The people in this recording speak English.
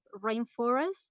rainforests